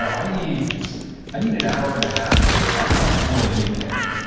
i need i need an hour and-a-half where i'm not doing anything,